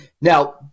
Now